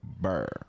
burr